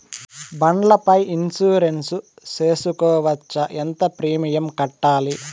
బండ్ల పై ఇన్సూరెన్సు సేసుకోవచ్చా? ఎంత ప్రీమియం కట్టాలి?